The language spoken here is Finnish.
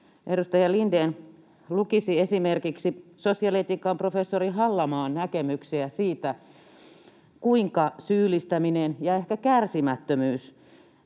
edustaja Aki Lindén lukisi esimerkiksi sosiaalietiikan professori Hallamaan näkemyksiä siitä, kuinka syyllistäminen ja ehkä kärsimättömyys